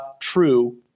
true